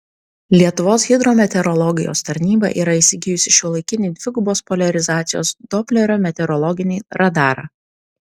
lietuvos hidrometeorologijos tarnyba yra įsigijusi šiuolaikinį dvigubos poliarizacijos doplerio meteorologinį radarą